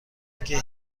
دیگه